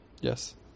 Yes